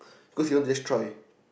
cause he wants to just try